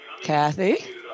Kathy